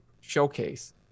showcase